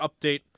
update